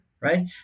right